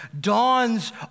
dawns